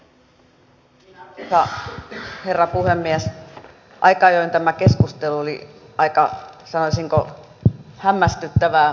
aika ajoin tämä keskustelu oli aika sanoisinko hämmästyttävää